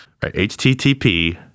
HTTP